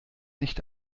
nicht